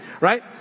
Right